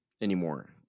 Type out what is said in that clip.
anymore